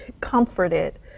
comforted